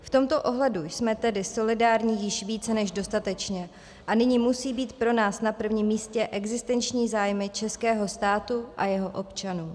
V tomto ohledu jsme tedy solidární již více než dostatečně a nyní musí být pro nás na prvním místě existenční zájmy českého státu a jeho občanů.